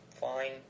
fine